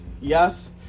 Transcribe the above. Yes